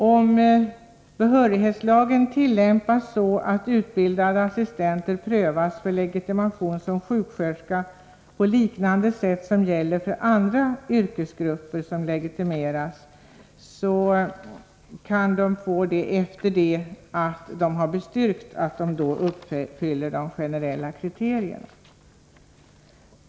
Om behörighetslagen tillämpas så att utbildade assistenter prövas för legitimering som sjuksköterska, på liknande sätt som gäller för andra yrkesgrupper som legitimeras, kan de få legitimation efter det att de har styrkt att de uppfyller de generella kriterierna.